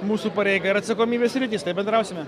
mūsų pareiga ir atsakomybės sritis tai bendrausime